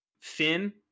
Finn